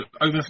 over